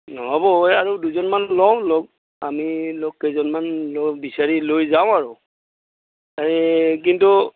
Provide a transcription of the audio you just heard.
নহ'ব আৰু দুজনমান লওঁ লগ আমি লগ কেইজনমান লগ বিচাৰি লৈ যাওঁ আৰু এই কিন্তু